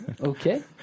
Okay